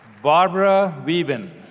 barbara wieben